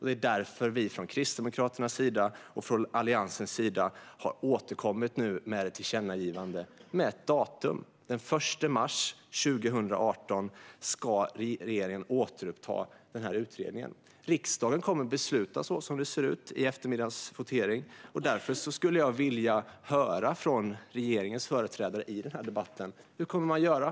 Det är därför som vi från Kristdemokraternas sida och från Alliansens sida nu har återkommit med ett tillkännagivande med ett datum - den 1 mars 2018 ska regeringen återuppta denna utredning. Riksdagen kommer, som det ser ut, att fatta beslut om det vid eftermiddagens votering. Därför skulle jag vilja höra från regeringens företrädare i denna debatt hur man kommer att göra.